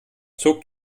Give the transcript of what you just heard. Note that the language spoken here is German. zog